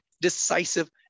decisive